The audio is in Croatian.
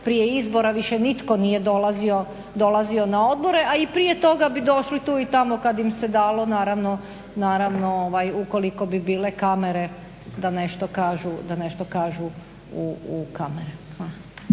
prije izbora. Više nitko nije dolazio na odbore, a i prije toga bi došli tu i tamo kad im se dalo, naravno ukoliko bi bile kamere da nešto kažu u kamere.